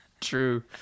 true